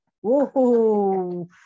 whoa